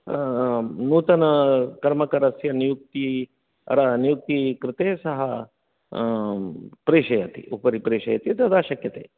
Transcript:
नूतनकर्मकरस्य नियुक्तिः नियुक्तेः कृते सः प्रेषयति उपरि प्रेषयति तदा शक्यते